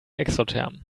exotherm